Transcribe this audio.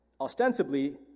ostensibly